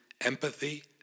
empathy